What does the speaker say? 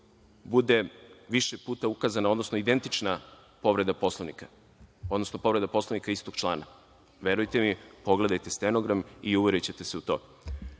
bude više puta ukazana, odnosno identična povreda Poslovnika, odnosno povreda Poslovnika istog člana. Verujte mi, pogledajte stenogram i uverićete se u to.